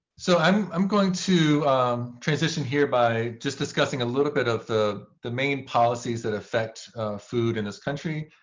so i'm i'm going to transition here by just discussing a little bit of the the main policies that affect food in this country.